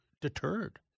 deterred